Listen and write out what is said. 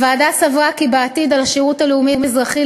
הוועדה סברה כי בעתיד על השירות הלאומי-אזרחי